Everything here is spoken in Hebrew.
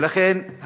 ולכן,